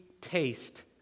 taste